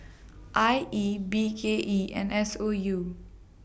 I E B K E and S O U